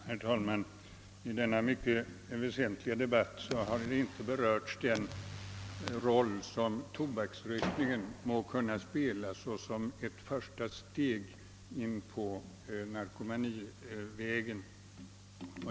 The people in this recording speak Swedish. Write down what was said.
Herr talman! I denna mycket väsent förebyggande syfte liga debatt har inte berörts den roll som tobaksrökningen må kunna spela såsom ett första steg in på narkomanivägen.